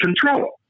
Control